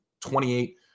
28